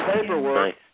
paperwork